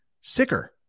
sicker